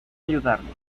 ayudarnos